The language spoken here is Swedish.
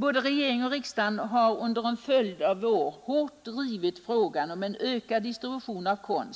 Både regering och riksdag har under en följd av år hårt drivit frågan om ökat stöd åt produktion